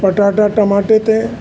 पटाटा टमाटे ते